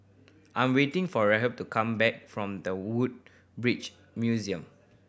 I'm waiting for Rhett to come back from The Woodbridge Museum